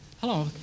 Hello